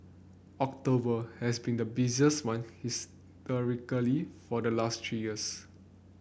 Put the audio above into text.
October has been the busiest month historically for the last three years